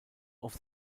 auf